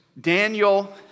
Daniel